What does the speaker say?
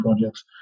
projects